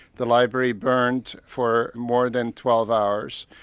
the library burned for more than twelve hours,